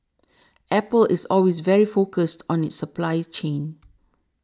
Apple is always very focused on its supply chain